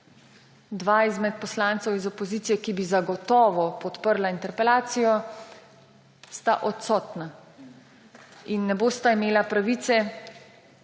Dva izmed poslancev iz opozicije, ki bi zagotovo podprla interpelacijo, sta odsotna in ne bosta imela pravice